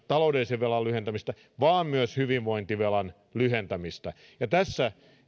taloudellisen velan lyhentämistä vaan myös hyvinvointivelan lyhentämistä ja tässä